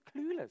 clueless